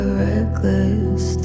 reckless